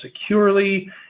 securely